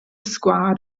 sgwâr